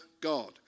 God